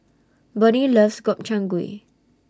Bonnie loves Gobchang Gui